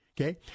okay